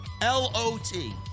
l-o-t